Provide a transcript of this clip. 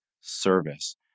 service